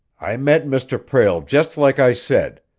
i met mr. prale just like i said,